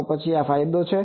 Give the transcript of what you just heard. તો પછી આ ફાયદો છે